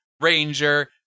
Ranger